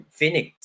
Phoenix